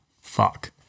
fuck